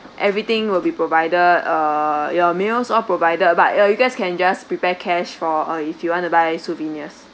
everything will be provided uh your meals all provided but uh you guys can just prepare cash for uh if you want to buy souvenirs